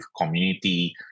community